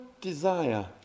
desire